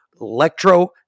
electro